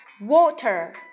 water